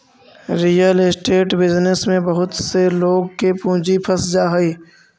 real estate business में बहुत से लोग के पूंजी फंस जा हई